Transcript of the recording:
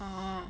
orh